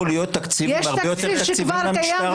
להיות הרבה יותר- -- אימאן ח'טיב יאסין (רע"מ,